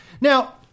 now